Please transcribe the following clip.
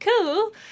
Cool